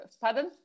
Pardon